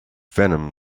venom